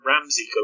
Ramsey